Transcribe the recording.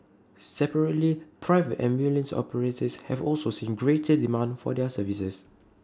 separately private ambulance operators have also seen greater demand for their services